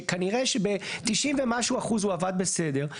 שכנראה שב-90% ומשהו זה עבד בסדר.